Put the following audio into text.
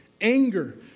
anger